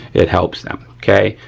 it helps them, okay.